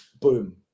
boom